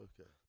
Okay